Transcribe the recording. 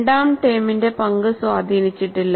രണ്ടാം ടേമിന്റെ പങ്ക് സ്വാധീനിച്ചിട്ടില്ല